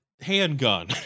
handgun